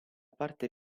parte